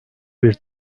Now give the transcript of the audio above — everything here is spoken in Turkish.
bir